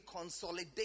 consolidate